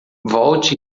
volte